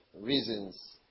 reasons